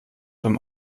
beim